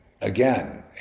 again